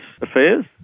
affairs